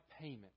payment